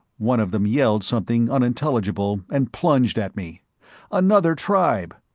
one of them yelled something unintelligible and plunged at me another tribe!